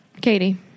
Katie